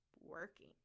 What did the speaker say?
working